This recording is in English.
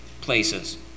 places